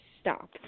stop